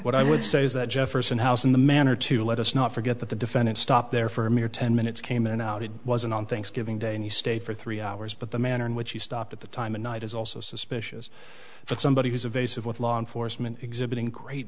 what i would say is that jefferson house in the manner to let us not forget that the defendant stopped there for a mere ten minutes came in and out it wasn't on thanksgiving day and he stayed for three hours but the manner in which he stopped at the time of night is also suspicious that somebody who's a vase of with law enforcement exhibiting great